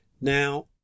Now